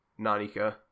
Nanika